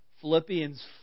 Philippians